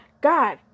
God